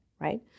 right